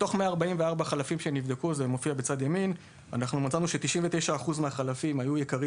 מתוך 144 חלפים שנבדקו מצאנו ש-99% מהחלפים היו יקרים